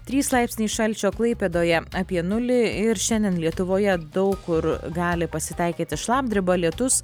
trys laipsniai šalčio klaipėdoje apie nulį ir šiandien lietuvoje daug kur gali pasitaikyti šlapdriba lietus